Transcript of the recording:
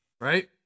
Right